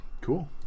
Cool